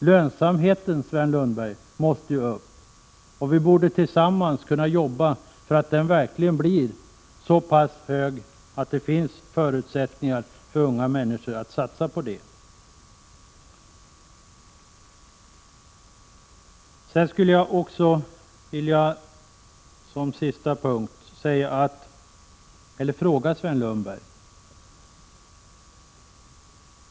Lönsamheten måste upp, Sven Lundberg, och vi borde tillsammans kunna jobba för att den verkligen skall bli så pass hög att det finns förutsättningar för unga människor att satsa på jordbruket. Sedan skulle jag som sista punkt vilja ställa en fråga till Sven Lundberg.